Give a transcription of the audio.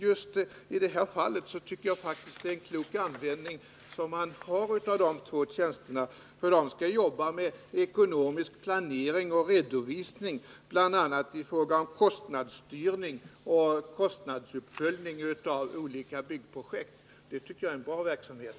Just i det här fallet tycker jag faktiskt att man har en god användning av de båda tjänsterna. Befattningshavarna skall jobba med ekonomisk planering och redovisning bl.a. i fråga om kostnadsstyrning och kostnadsuppföljning av olika byggprojekt, och det tycker jag är en bra verksamhet.